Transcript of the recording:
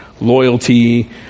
loyalty